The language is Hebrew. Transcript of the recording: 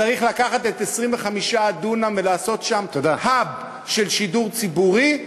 צריך לקחת את 25 הדונם ולעשות שם hub של שידור ציבורי,